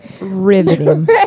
Riveting